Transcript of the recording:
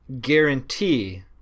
guarantee